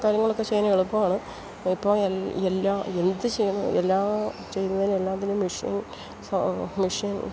കാര്യങ്ങളൊക്കെ ചെയ്യാനെളുപ്പമാണ് ഇപ്പോൾ എല്ലാ എന്ത് ചെയ്യാനും എല്ലാം ചെയ്യുന്നതിന് എല്ലാത്തിനും മെഷീൻ മെഷീൻ